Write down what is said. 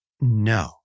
No